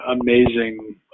amazing